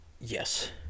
Yes